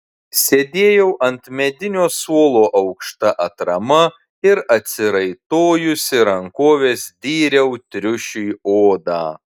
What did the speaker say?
sėdėjau ant medinio suolo aukšta atrama ir atsiraitojusi rankoves dyriau triušiui odą